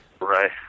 Right